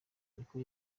niko